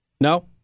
No